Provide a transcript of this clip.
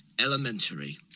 Elementary